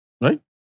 Right